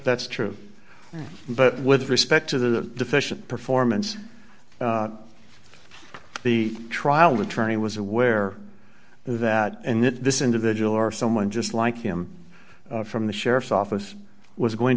that's true but with respect to the deficient performance the trial attorney was aware that this individual or someone just like him from the sheriff's office was going